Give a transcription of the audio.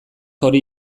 hori